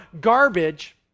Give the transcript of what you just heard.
garbage